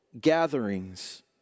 gatherings